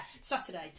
Saturday